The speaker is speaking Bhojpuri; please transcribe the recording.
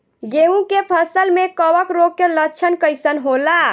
गेहूं के फसल में कवक रोग के लक्षण कइसन होला?